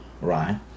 Right